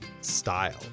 style